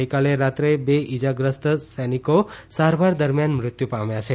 ગઈકાલે રાત્રે બે ઇજાગ્રસ્ત સૈનિકો સારવાર દરમિયાન મૃત્યુ પામ્યા છે